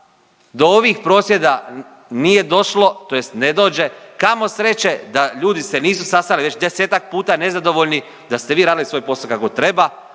do ovih prosvjeda nije došlo, tj. ne dođe, kamo sreće da ljudi se nisu sastali već desetak puta nezadovoljni, da ste vi radili svoj posao kako treba,